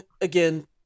again